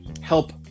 help